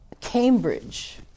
Cambridge